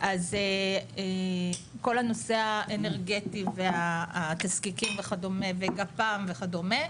אז כל הנושא האנרגטי והתזקיקים וכדומה וגפ"מ וכדומה,